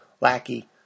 Lackey